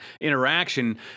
interaction